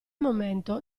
momento